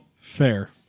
Fair